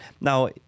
Now